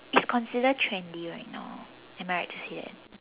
it's considered trendy right now am I right to say that